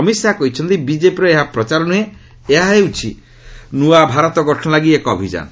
ଅମିତ୍ ଶାହା କହିଛନ୍ତି ବିକେପିର ଏହା ପ୍ରଚାର ନୁହେଁ ଏହା ହେଉଛି ନୂଆ ଭାରତ ଗଠନ ଲାଗି ଏକ ଅଭିଯାନ